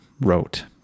wrote